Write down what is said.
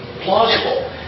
plausible